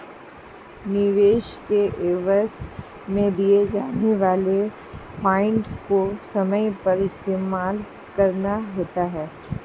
निवेश के एवज में दिए जाने वाले पॉइंट को समय पर इस्तेमाल करना होता है